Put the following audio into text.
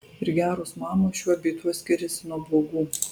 ir geros mamos šiuo bei tuo skiriasi nuo blogų